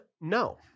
No